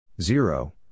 Zero